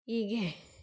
ಹೀಗೆ